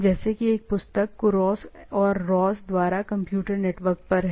जैसे कि एक पुस्तक Kurose और Ross द्वारा Computer Network पर है